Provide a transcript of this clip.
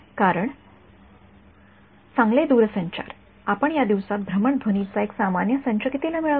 कारण चांगले दूरसंचार आपण या दिवसात भ्रमणध्वनीचा एक सामान्य संच कितीला मिळवता